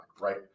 right